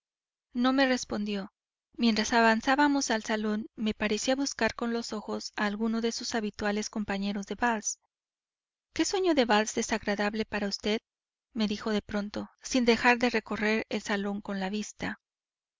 no me respondió mientras avanzábamos al salón parecía buscar con los ojos a alguno de sus habituales compañeros de vals qué sueño de vals desagradable para vd me dijo de pronto sin dejar de recorrer el salón con la vista